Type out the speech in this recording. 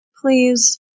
Please